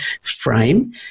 frame